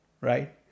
right